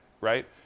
Right